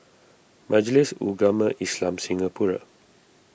Majlis Ugama Islam Singapura